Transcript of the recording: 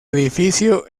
edificio